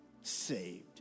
saved